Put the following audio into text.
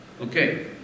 Okay